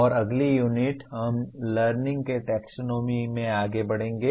और अगली यूनिट हम लर्निंग के टैक्सोनॉमी में आगे बढ़ेंगे